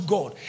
God